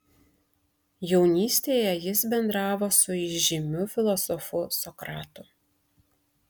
jaunystėje jis bendravo su įžymiu filosofu sokratu